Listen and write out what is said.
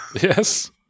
yes